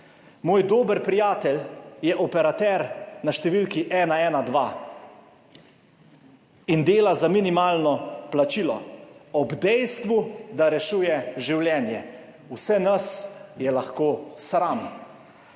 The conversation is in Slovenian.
Moj dober prijatelj je operater na številki 112 in dela za minimalno plačilo, ob dejstvu, da rešuje življenje. Vse nas je lahko sram.